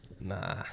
nah